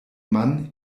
mann